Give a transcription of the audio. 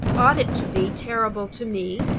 ought it to be terrible to me?